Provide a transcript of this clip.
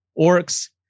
orcs